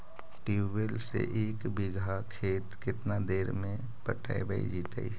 Tubewell से एक बिघा खेत केतना देर में पटैबए जितै?